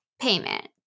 payment